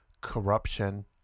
corruption